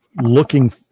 looking